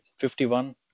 51